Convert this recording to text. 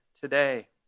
today